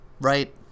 Right